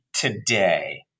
today